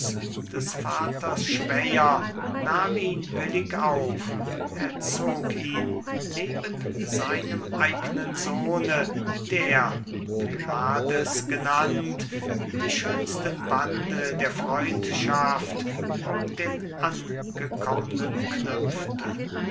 des vaters schwäher nahm ihn willig auf erzog ihn neben seinem eignen sohne der pylades genannt die schönsten bande der freundschaft um den angekommnen knüpfte